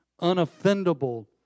unoffendable